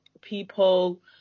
people